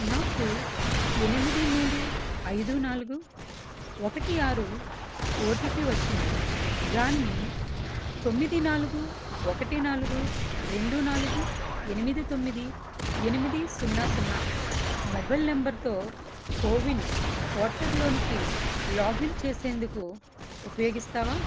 నాకు ఎనిమిది మూడు ఐదు నాలుగు ఒకటి ఆరు ఓటిపి వచ్చింది దాన్ని తొమ్మిది నాలుగు ఒకటి నాలుగు రెండు నాలుగు ఎనిమిది తొమ్మిది ఎనిమిది సున్న సున్నా మొబైల్ నెంబర్తో కోవిన్ పోర్టల్ లోనికి లాగిన్ చేసేందుకు ఉపయోగిస్తావా